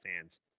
fans